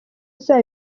izaba